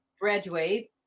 graduate